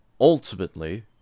Ultimately